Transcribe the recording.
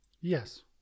yes